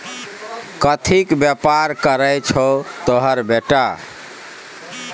कथीक बेपार करय छौ तोहर बेटा?